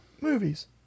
Movies